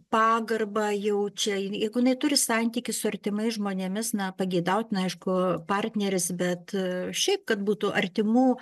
pagarbą jaučia jeigu jinai turi santykį su artimais žmonėmis na pageidautina aišku partneris bet šiaip kad būtų artimų